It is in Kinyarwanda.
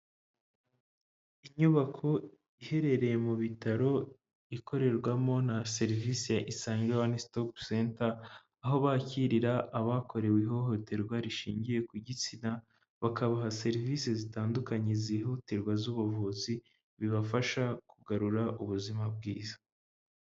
Inyubako iherereye mu bitaro ikorerwamo na serivisi ya Isange One Stop Center, aho bakirira abakorewe ihohoterwa rishingiye ku gitsina, bakabaha serivisi zitandukanye zihutirwa z'ubuvuzi bibafasha kugarura ubuzima bwiza.